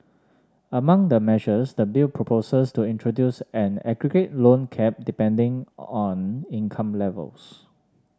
among the measures the bill proposes to introduce an aggregate loan cap depending on income levels